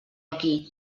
aquí